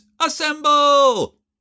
Assemble